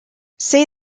say